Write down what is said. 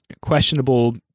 questionable